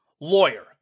lawyer